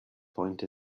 point